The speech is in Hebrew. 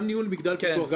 גם ניהול מגדל פיקוח,